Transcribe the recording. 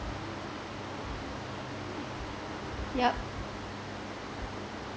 yup